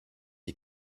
die